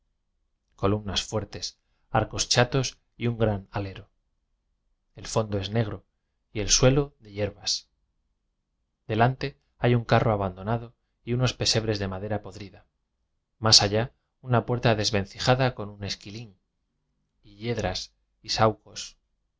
columnas fuertes arcos chatos y un gran alero el fondo es negro y el suelo de yer bas delante hay un carro abandonado y unos pesebres de madera podrida más allá una puerta desvencijada con un esquilín y yedras y saúcos